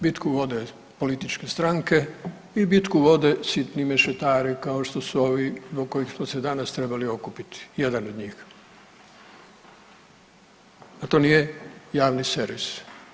Bitku vode političke stranke i bitku vode sitni mešetari kao što su ovi zbog kojih smo se danas trebali okupiti, jedan od njih, a to nije javni servis.